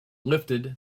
lifted